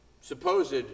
supposed